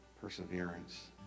perseverance